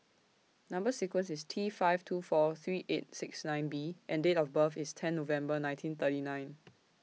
Number sequence IS T five two four three eight six nine B and Date of birth IS ten November nineteen thirty nine